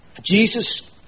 Jesus